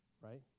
right